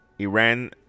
Iran